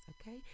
okay